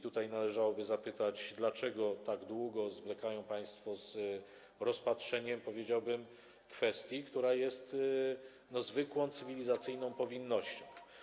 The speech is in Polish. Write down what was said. Tutaj należałoby zapytać, dlaczego tak długo zwlekają państwo z rozpatrzeniem kwestii, która jest zwykłą cywilizacyjną powinnością.